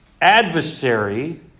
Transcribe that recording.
adversary